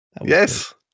Yes